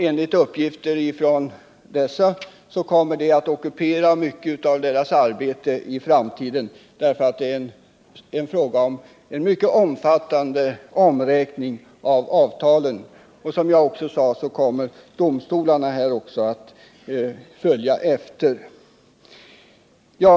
Enligt uppgifter ifrån dessa kommer detta att ta mycket av deras arbete i framtiden, eftersom det gäller en mycket omfattande omräkning av avtalen. Som jag också sade kommer sedan domstolarna att följa efter.